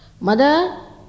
Mother